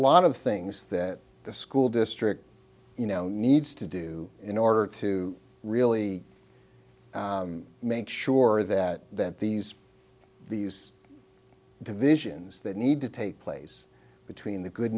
lot of things that the school district you know needs to do in order to really make sure that that these these divisions that need to take place between the good